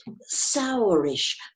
sourish